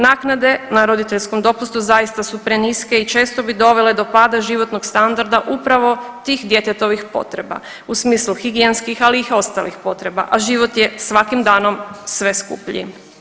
Naknade na roditeljskom dopustu zaista su preniske i često bi dovele do pada životnog standarda upravo tih djetetovih potreba u smislu higijenskih ali i ostalih potreba, a život je svakim danom sve skuplji.